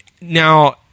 Now